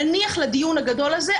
נניח לדיון הגדול הזה,